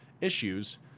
issues